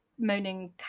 moaning